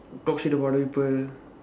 talk shit people